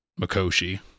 Makoshi